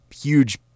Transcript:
huge